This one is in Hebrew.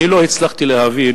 אני לא הצלחתי להבין